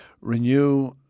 Renew